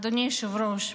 אדוני היושב-ראש,